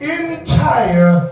entire